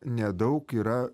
nedaug yra